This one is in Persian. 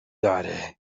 داره